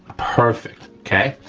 perfect, okay.